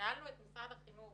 כששאלנו את משרד החינוך